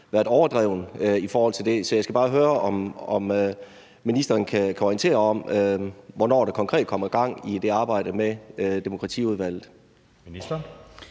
været overdreven i forhold til det, så jeg skal bare høre, om ministeren kan orientere om, hvornår der konkret kommer gang i det arbejde med demokratiudvalget.